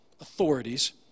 authorities